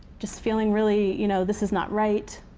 just feeling really, you know this is not right.